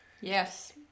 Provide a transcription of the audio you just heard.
yes